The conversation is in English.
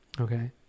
okay